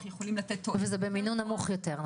יכולים לתת - וזה במינון נמוך יותר.